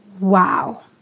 Wow